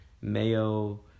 mayo